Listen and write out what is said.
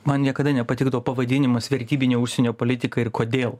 man niekada nepatikdavo pavadinimas vertybinė užsienio politika ir kodėl